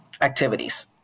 activities